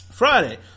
Friday